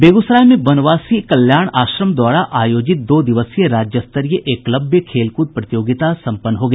बेगूसराय में वनवासी कल्याण आश्रम द्वारा आयोजित दो दिवसीय राज्य स्तरीय एकलव्य खेल कूद प्रतियोगिता सम्पन्न हो गया